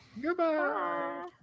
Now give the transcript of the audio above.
Goodbye